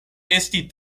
esti